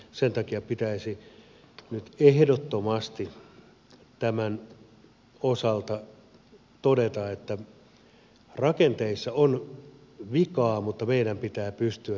sen takia pitäisi nyt ehdottomasti tämän osalta todeta että rakenteissa on vikaa mutta meidän pitää pystyä niitä muuttamaan